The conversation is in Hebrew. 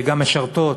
גם משרתות,